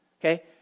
Okay